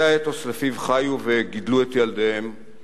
זה האתוס שלפיו חיו וגידלו את ילדיהם